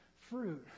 fruit